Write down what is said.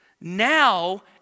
Now